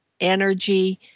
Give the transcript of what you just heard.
energy